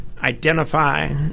identify